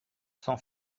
sans